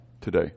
today